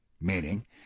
Meaning